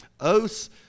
Oaths